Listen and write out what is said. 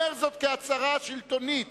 אומר זאת כהצהרה שלטונית,